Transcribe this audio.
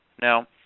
Now